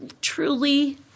truly